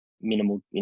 minimal